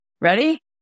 Ready